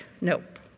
Nope